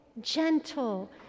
gentle